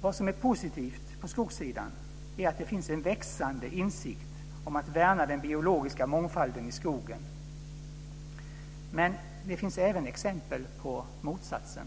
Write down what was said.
Vad som är positivt på skogssidan är att det finns en växande insikt om att värna den biologiska mångfalden i skogen. Men det finns även exempel på motsatsen.